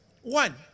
One